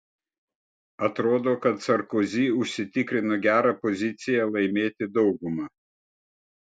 atrodo kad sarkozy užsitikrino gerą poziciją laimėti daugumą